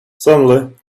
suddenly